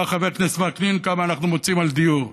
אמר חבר הכנסת וקנין כמה אנחנו מוציאם על דיור: